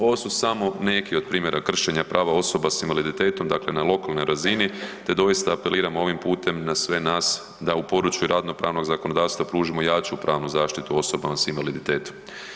Ovo su samo neki od primjera kršenja prava osoba s invaliditetom, dakle na lokalnoj razini te doista apeliramo ovim putem na sve nas da u području radno-pravnog zakonodavstva pružimo jaču pravnu zaštitu osobama s invaliditetom.